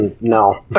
no